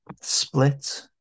split